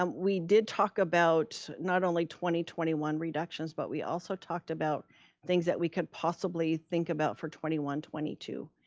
um we did talk about not only twenty twenty one reductions, but we also talked about things that we could possibly think about for twenty one twenty two.